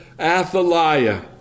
Athaliah